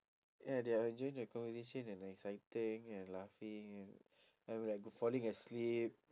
ya they are enjoying their conversation and exciting and laughing and I'm like falling asleep